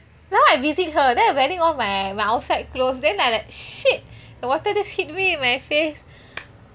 some more I visit her then I wearing all my my outside clothes then I like shit the water just hit me in my face